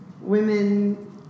women